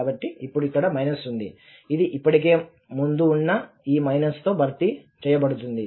కాబట్టి ఇప్పుడు ఇక్కడ మైనస్ ఉంది ఇది ఇప్పటికే ముందు ఉన్న ఈ మైనస్తో భర్తీ చేయబడుతుంది